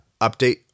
Update